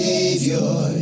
Savior